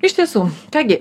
iš tiesų kągi